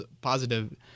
positive